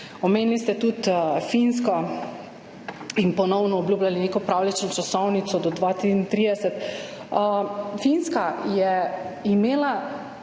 Omenili ste tudi Finsko in ponovno obljubljali neko pravljično časovnico do leta 2033. Finska je imela